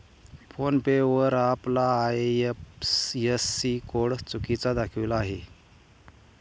phone पे वर आपला IFSC code चुकीचा दाखविला आहे